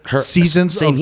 seasons